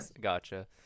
gotcha